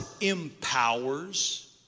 empowers